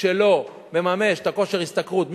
שלא מממש את כושר ההשתכרות,